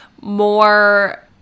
more